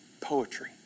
poetry